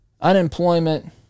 unemployment